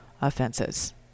offenses